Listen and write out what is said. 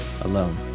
alone